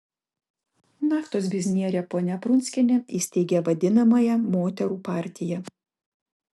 naftos biznierė ponia prunskienė įsteigė vadinamąją moterų partiją